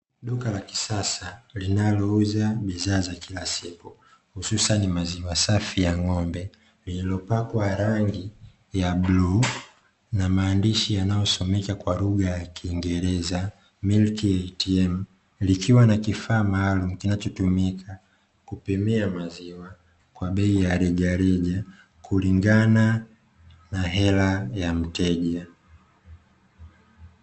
Duka la kisasa linalouza bidhaa za kila siku, hususani maziwa safi ya ng'ombe, lililopakwa rangi ya bluu na maandishi yanayosomeka kwa lugha ya kiingereza "Milki ATM", likiwa na kifaa maalumu, kinachotumika kupimia maziwa, kwa bei ya rejareja kulingana na hela ya mteja.